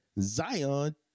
Zion